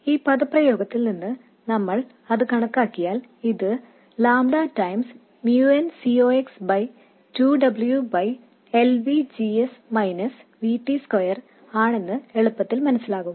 ഈ പദപ്രയോഗത്തിൽ നിന്ന് നമ്മൾ അത് കണക്കാക്കിയാൽ ഇത് ലാംമ്ട ഗുണനം mu n C ox by 2 W by L V G S minus V T square ആണെന്ന് എളുപ്പത്തിൽ മനസിലാകും